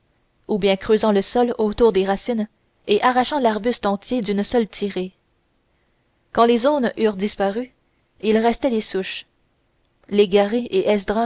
ou bien creusant le sol autour des racines et arrachant l'arbuste entier d'une seule tirée quand les aunes eurent disparu il restait les souches légaré et